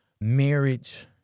marriage